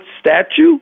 statue